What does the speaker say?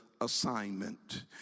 assignment